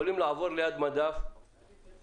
יכולים לעבור ליד מדף בסופר,